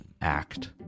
act